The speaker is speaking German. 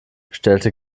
stellte